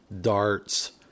darts